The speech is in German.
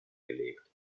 gelegt